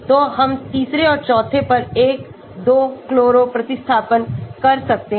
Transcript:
तो हम तीसरे और चौथे पर एक 2 chloro प्रतिस्थापन कर सकते हैं